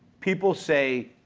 people say